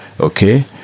okay